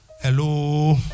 Hello